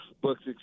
books